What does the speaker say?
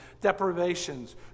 deprivations